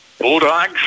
Bulldogs